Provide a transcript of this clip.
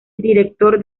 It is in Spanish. director